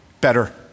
better